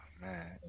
man